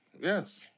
Yes